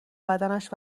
بدنش